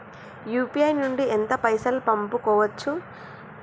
UPI నుండి ఎంత పైసల్ పంపుకోవచ్చు?